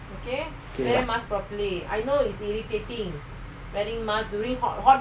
okay